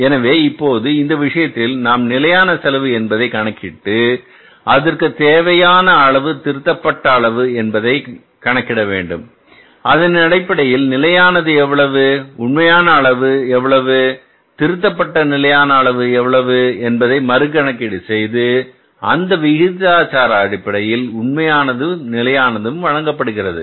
எனவே இப்போது இந்த விஷயத்தில் நாம் நிலையான செலவு என்பதை கணக்கிட்டு அதற்கு தேவையான அளவு திருத்தப்பட்ட அளவு என்பதை கணக்கிட வேண்டும் அதனடிப்படையில் நிலையானது எவ்வளவு உண்மையான அளவு எவ்வளவு திருத்தப்பட்ட நிலையான அளவு எவ்வளவு என்பதை மறு கணக்கீடு செய்து அந்த விகிதாச்சார அடிப்படையில் உண்மையானது நிலையானது வழங்கப்படுகிறது